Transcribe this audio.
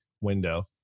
window